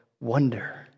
wonder